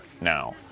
now